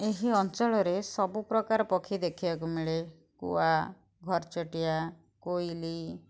ଏହି ଅଞ୍ଚଳରେ ସବୁ ପ୍ରକାର ପକ୍ଷୀ ଦେଖିବାକୁ ମିଳେ କୁଆ ଘରଚଟିଆ କୋଇଲି